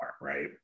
Right